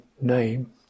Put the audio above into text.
name